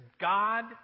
God